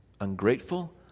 Ungrateful